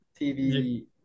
TV